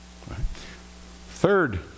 Third